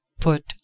Put